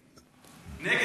נגד הכיבוש זה נגד היהודים?